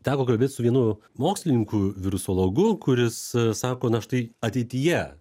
teko kalbėt su vienu mokslininku virusologu kuris sako na štai ateityje